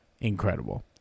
incredible